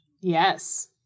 Yes